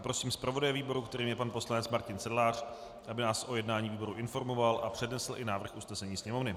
Prosím zpravodaje výboru, kterým je pan poslanec Martin Sedlář, aby nás o jednání výboru informoval a přednesl i návrh usnesení Sněmovny.